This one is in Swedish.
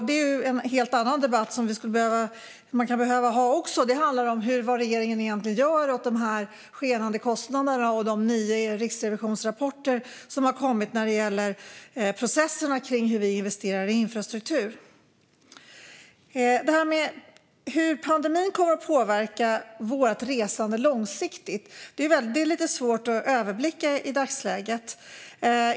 Detta är en helt annan debatt som man också kan behöva ha. Det handlar om vad regeringen egentligen gör åt de skenande kostnaderna och de nio riksrevisionsrapporter som har kommit när det gäller processerna för hur vi investerar i infrastruktur. Hur pandemin kommer att påverka vårt resande långsiktigt är lite svårt att överblicka i dagsläget.